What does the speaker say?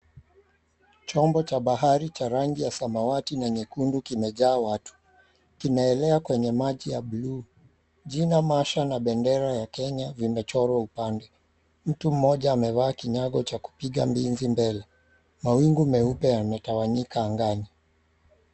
Chombo cha bahari cha rangi ya samawati na nyekundu kimejaa watu. Kinaelea kwenye maji ya blue . Jina "Masha" na bendera ya Kenya vimechorwa upande. Mtu mmoja amevaa kinyango cha kupiga mbizi mbele. Mawingu meupe yametawanyika angani.